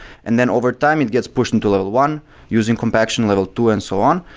and then overtime it gets pushed into level one using compaction level two and so on.